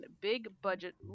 big-budget